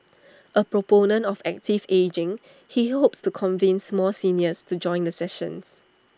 A proponent of active ageing he hopes to convince more seniors to join the sessions